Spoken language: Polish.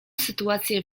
sytuacje